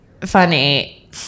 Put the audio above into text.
funny